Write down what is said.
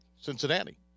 Cincinnati